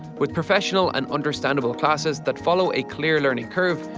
with professional and understandable classes, that follow a clear learning curve,